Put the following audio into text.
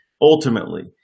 ultimately